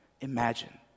Imagine